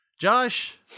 Josh